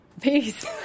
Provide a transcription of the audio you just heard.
Peace